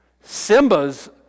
Simba's